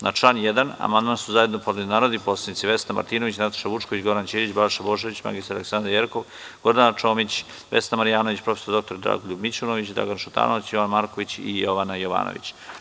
Na član 1. amandman su zajedno podneli narodni poslanici Vesna Martinović, Nataša Vučković, Goran Ćirić, Balša Božović, mr Aleksandra Jerkov, Gordana Čomić, Vesna Marjanović, prof. dr Dragoljub Mićunović, Dragan Šutanovac, Jovan Marković i Jovana Jovanović.